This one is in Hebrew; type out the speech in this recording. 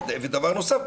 ודבר נוסף,